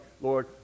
lord